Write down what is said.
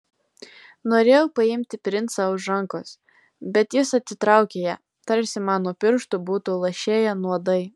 norėjau paimti princą už rankos bet jis atitraukė ją tarsi man nuo pirštų būtų lašėję nuodai